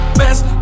best